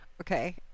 Okay